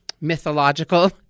mythological